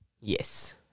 Yes